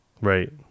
Right